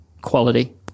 quality